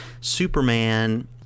Superman